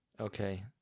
Okay